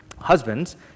Husbands